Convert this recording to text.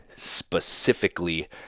specifically